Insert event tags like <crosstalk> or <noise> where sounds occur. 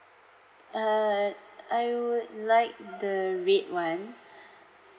uh I would like the red one <breath>